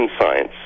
science